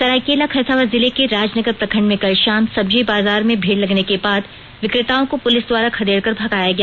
सरायकेला खरसावां जिले के राजनगर प्रखंड में कल शाम सब्जी बाजार में भीड़ लगने के बाद विक्रेताओं को पुलिस द्वारा खदेड़ कर भगाया गया